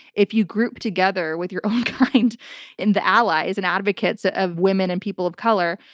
if you group together with your own kind and the allies and advocates ah of women and people of color,